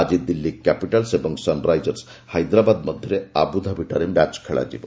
ଆଜି ଦିଲ୍ଲୀ କ୍ୟାପିଟାଲ୍ସ ଓ Sunrisers Hyderabad ମଧ୍ୟରେ ଆବୁଧାବିଠାରେ ମ୍ୟାଚ୍ ଖେଳାଯିବ